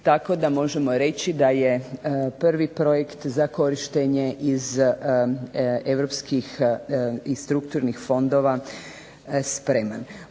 tako da možemo reći da je prvi projekt za korištenje iz europskih i strukturnih fondova spreman.